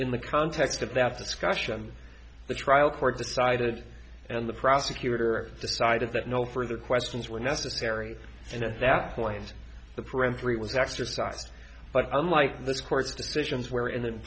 in the context of that discussion the trial court decided and the prosecutor decided that no further questions were necessary and at that point the peremptory was exercised but unlike the court's decisions where in